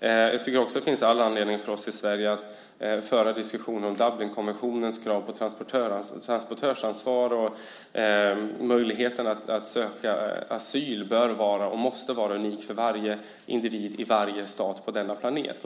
Jag tycker också att det finns all anledning för oss i Sverige att föra en diskussion om Dublinkonventionens krav på transportörsansvar. Möjligheten att söka asyl bör och måste vara unik för varje individ i varje stat på denna planet.